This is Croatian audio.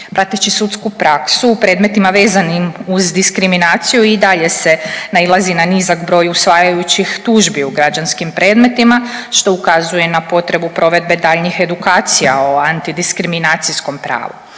Prateći sudsku praksu u predmetima vezanim uz diskriminaciju i dalje se nailazi na nizak broj usvajajućih tužbi u građanskim predmetima što ukazuje na potrebu provedbe daljnjih edukacija o anti diskriminacijskom pravu.